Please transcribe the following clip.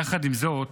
יחד עם זאת,